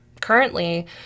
currently